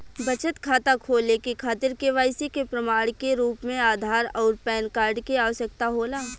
बचत खाता खोले के खातिर केवाइसी के प्रमाण के रूप में आधार आउर पैन कार्ड के आवश्यकता होला